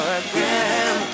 again